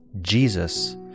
Jesus